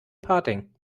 parting